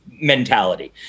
mentality